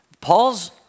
Paul's